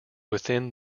within